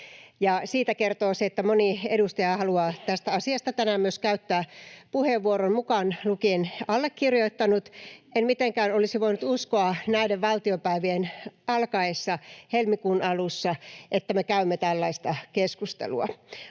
siitä kertoo se, että moni edustaja haluaa tästä asiasta tänään myös käyttää puheenvuoron mukaan lukien allekirjoittanut. En mitenkään olisi voinut uskoa näiden valtiopäivien alkaessa helmikuun alussa, että me käymme tällaista keskustelua,